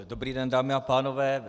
Dobrý den, dámy a pánové.